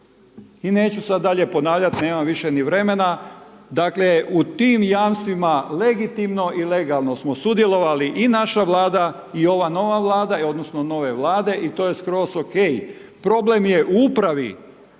I neću sada dalje ponavljati, nemam više ni vremena. Dakle, u tim jamstvima, legitimno i legalno smo sudjelovali i naše vlada i nova vlade, odnosno, nove vlade i to je skroz ok. Problem je u upravi,